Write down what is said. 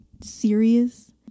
serious